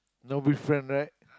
no be friend right